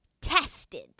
tested